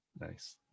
Nice